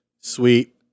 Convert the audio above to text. Sweet